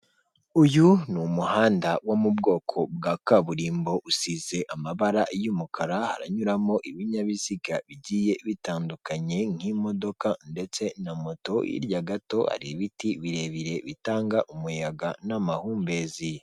Uyu ni umuhanda wo mu bwoko bwa kaburimbo, usize amabara y'umukara haranyuramo ibinyabiziga bigiye bitandukanye nk'imodoka ndetse na moto, hirya gato hari ibiti birebire bitanga umuyaga n'amahumbezi.